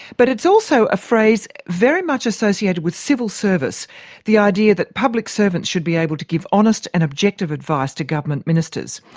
but it's also a phrase very much associated with civil service the idea that public servants should be able to give honest and objective advice to government ministers.